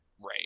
Right